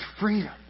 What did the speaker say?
freedom